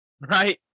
right